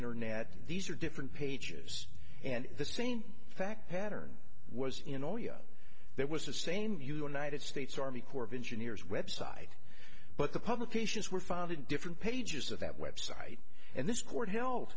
internet these are different pages and the same fact pattern was in or young there was the same united states army corps of engineers website but the publications were found in different pages of that website and this court he